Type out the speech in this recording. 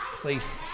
places